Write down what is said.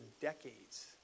decades